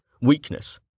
weakness